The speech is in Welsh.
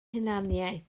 hunaniaeth